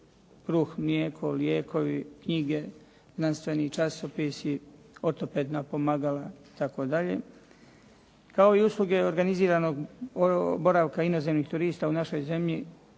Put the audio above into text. kruh, mlijeko, lijekovi, knjige, znanstveni časopisi, ortopedska pomagala itd., kao i usluge organiziranog boravka inozemnih turista u našoj zemlji